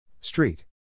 Street